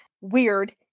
weird